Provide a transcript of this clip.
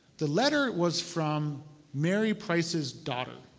the letter was from mary price's daughter